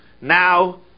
Now